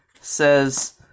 says